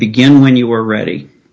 begin when you are ready